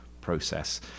process